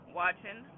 watching